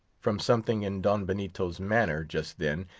from something in don benito's manner just then,